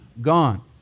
gone